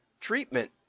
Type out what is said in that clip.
treatment